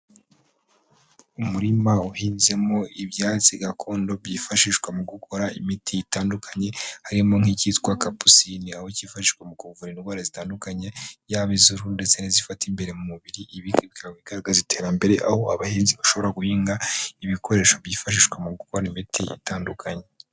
Umurima uhinzemo ibyatsi gakondo byifashishwa mu gukora imiti itandukanye, harimo nk'icyitwa kapusine aho cyifashishwa mu kuvura indwara zitandukanye, yaba iz'uruhu ndetse n'izifata imbere mu mubiri, ibindi bikaba bigaragaza iterambere, aho abahinzi bashobora guhinga ibikoresho byifashishwa mu gukora imiti itandukanye.